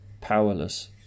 powerless